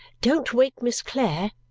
don't wake miss clare.